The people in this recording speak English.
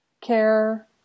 care